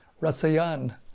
Rasayan